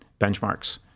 benchmarks